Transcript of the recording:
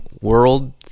world